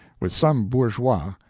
with some bourgeois,